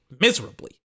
miserably